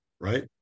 Right